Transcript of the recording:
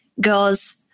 girls